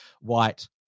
white